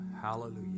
hallelujah